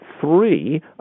Three